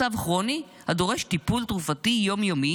מצב כרוני הדורש טיפול תרופתי יום-יומי